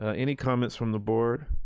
ah any comments from the board?